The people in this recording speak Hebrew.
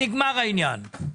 נגמר העניין.